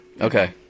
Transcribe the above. Okay